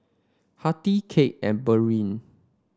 Hattie Kade and Burleigh